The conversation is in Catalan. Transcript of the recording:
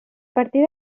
partir